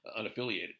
unaffiliated